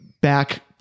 back